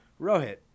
Rohit